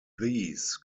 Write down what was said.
these